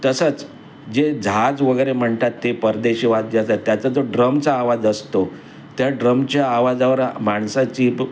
तसंच जे झाज वगैरे म्हणतात ते परदेशी वाद्य त्याचा जो ड्रमचा आवाज असतो त्या ड्रमच्या आवाजावर माणसाची